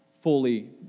fully